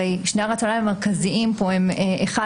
שני הרציונלים המרכזיים פה הם למנוע